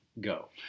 go